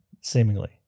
seemingly